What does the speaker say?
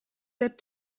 that